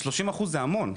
30 אחוז זה המון.